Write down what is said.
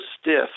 stiff